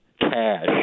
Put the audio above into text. cash